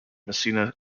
messina